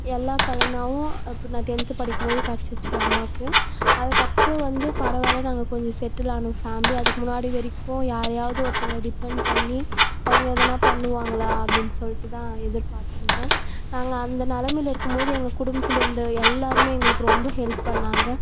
எல்லா பலனாகவும் இப்போ நான் டென்த்து படிக்கும்போது கடைச்சிச்சு அம்மாவுக்கு அதுக்கப்புறம் வந்து பரவாயில்லை நாங்கள் கொஞ்சம் செட்டில் ஆனோம் ஃபேமிலி அதுக்கு முன்னாடி வரைக்கும் யாரையாவது ஒருத்தங்க டிப்பன் பண்ணி அவங்க எதுனா பண்ணுவாங்களா அப்படின்னு சொல்லிட்டு தான் எதிர்பாத்திருந்தோம் நாங்கள் அந்த நிலமைல இருக்கும்போது எங்கள் குடும்பத்தில் இருந்த எல்லோருமே எங்களுக்கு ரொம்ப ஹெல்ப் பண்ணாங்க